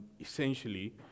Essentially